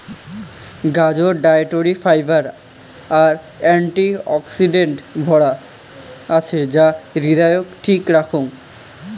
গাজর dietary fibre আর অ্যান্টি অক্সিডেন্টে ভরা আছে যা হৃদয়ক ঠিক রাখং